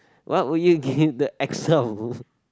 what would you give the accent